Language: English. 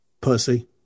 Pussy